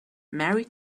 mary